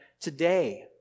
today